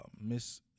Miss